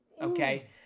Okay